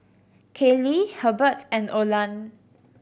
Kayli Hebert and Olan